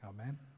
amen